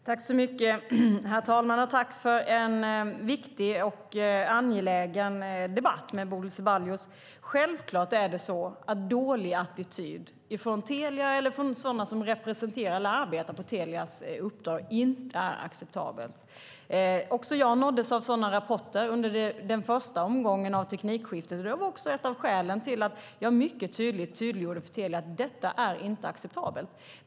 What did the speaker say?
Herr talman! Jag tackar Bodil Ceballos för en viktig och angelägen debatt. Självklart är dålig attityd från Telia eller från dem som representerar Telia eller arbetar på Telias uppdrag inte acceptabelt. Också jag nåddes av sådana rapporter under den första omgången av teknikskiftet, och det var ett av skälen till att jag tydligt klargjorde för Telia att det inte är acceptabelt.